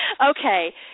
Okay